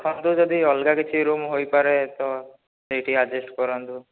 ଦେଖନ୍ତୁ ଯଦି ଅଲଗା କିଛି ରୁମ୍ ହୋଇପାରେ ତ ସେହିଠି ଆଡ଼ଜଷ୍ଟ କରାନ୍ତୁ